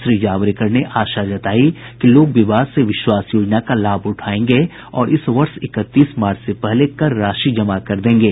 श्री जावड़ेकर ने आशा जताई कि लोग विवाद से विश्वास योजना का लाभ उठायेगें और इस वर्ष इकतीस मार्च से पहले कर राशि जमा कर देंगे